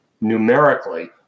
numerically